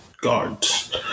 guards